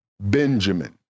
Benjamin